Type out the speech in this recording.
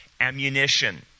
ammunition